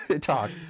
talk